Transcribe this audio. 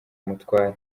umutware